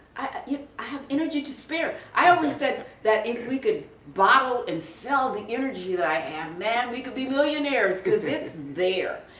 yeah i have energy to spare. i always said that if we could bottle and so the energy that i have, man we could be millionaires because it's there.